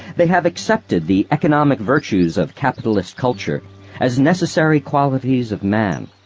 they have accepted the economic virtues of capitalist culture as necessary qualities of man.